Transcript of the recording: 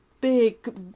big